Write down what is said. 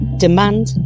Demand